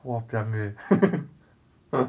!wah! piang eh